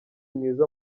mwiza